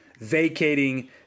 vacating